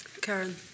Karen